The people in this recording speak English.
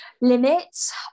limits